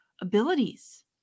abilities